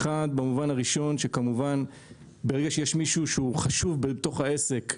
במובן הראשון שכמובן ברגע שיש מישהו שהוא חשוב בתוך העסק,